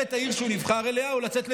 את העיר שהוא נבחר אליה או לצאת למילואים,